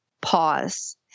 pause